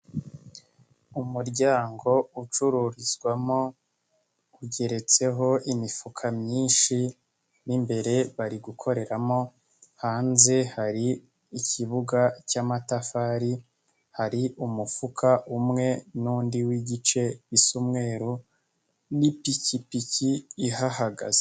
Umuryango ucururizwamo ugeretseho imifuka myinshi n'imbere bari gukoreramo, hanze hari ikibuga cy'amatafari, hari umufuka umwe n'undi w'igice bisa umweru n'ipikipiki ihahagaze.